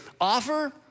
offer